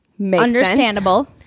Understandable